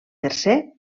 tercer